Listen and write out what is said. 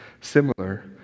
similar